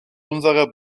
unserer